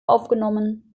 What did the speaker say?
aufgenommen